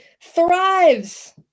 thrives